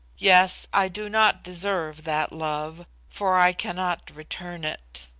yes, i do not deserve that love, for i cannot return it.